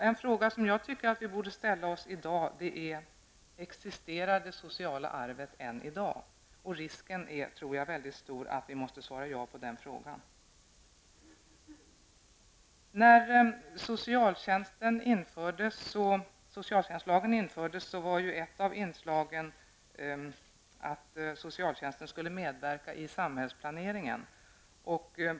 En fråga vi borde ställa oss i dag är: Existerar det sociala arvet än i dag? Jag tror att risken är väldigt stor att vi måste svara ja på den frågan. När socialtjänstlagen infördes var ett av inslagen att socialtjänsten skulle medverka i samhällsplaneringen.